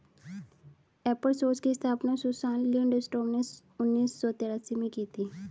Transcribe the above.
एपर सोर्स की स्थापना सुसान लिंडस्ट्रॉम ने उन्नीस सौ तेरासी में की थी